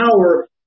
power